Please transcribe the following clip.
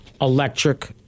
electric